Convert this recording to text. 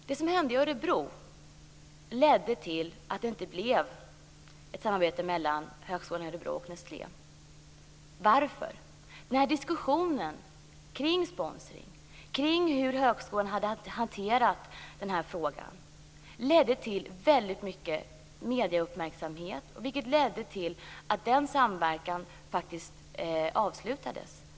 Det som hände i Örebro ledde till att det inte blev ett samarbete mellan högskolan i Örebro och Nestlé. Varför? Diskussionen kring sponsring, kring hur högskolan hade hanterat den här frågan ledde till väldigt mycket uppmärksamhet i medierna, vilket ledde till att samverkan faktiskt avslutades.